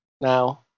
Now